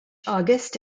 august